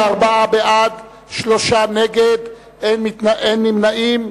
44 בעד, שלושה נגד, אין נמנעים.